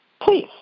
Please